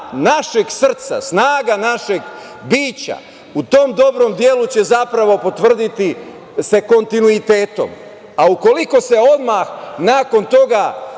našeg srca, snaga našeg bića, u tom dobrom delu će se zapravo potvrditi sa kontinuitetom. Ukoliko se odmah nakon toga